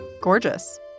gorgeous